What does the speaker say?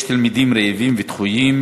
הצעה לסדר-היום בנושא: יש תלמידים רעבים ודחויים,